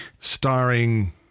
starring